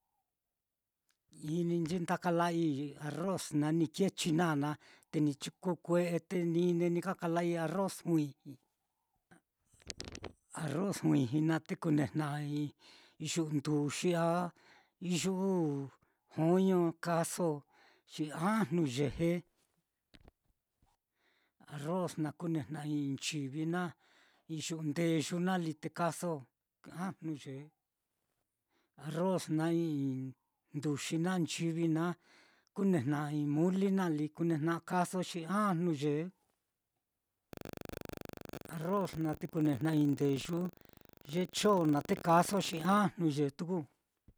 Ininchi nda kala'ai arroz naá ni kee chinana, te ni te ni ka kala'ai arroz juiji, arroz juiji naá te kune'ejna'a i'i iyu'u nduxi naá a iyu'u joño kaaso xi ajnu ye rroz naá kune'ejna'a i'i nchivi naá, iyu'u ndeyu naá li te kaaso ajnu yee, arroz naá i'i nduxi naá, nchivi naá kunejna'a i'i muli naá lí kunejna'a kaaso xi ajnu yee, arroz naá te kunejna'a i'i ndeyu ye chon naá te kaaso xi ajnu yee.